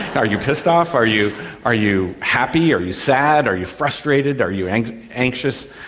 are you pissed off, are you are you happy, are you sad, are you frustrated, are you and anxious?